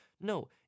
No